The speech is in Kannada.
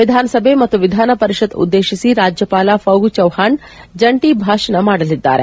ವಿಧಾನಸಭೆ ಮತ್ತು ವಿಧಾನ ಪರಿಷತ್ ಉದ್ದೇಶಿಸಿ ರಾಜ್ಯಪಾಲ ಫಾಗು ಚೌಹಾಣ್ ಜಂಟೆ ಭಾಷಣ ಮಾಡಲಿದ್ದಾರೆ